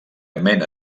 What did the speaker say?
mena